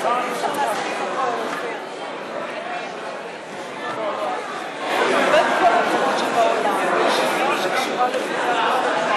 רק עכשיו כולם דיברו אתי על הסכנה בכבישים ועכשיו מושכים את הזמן.